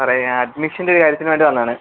സാറേ ഞാന് അഡ്മിഷന്റെയൊരു കാര്യത്തിന് വേണ്ടി വന്നതാണേ